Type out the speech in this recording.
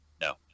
No